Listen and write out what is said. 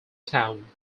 town